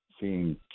seeing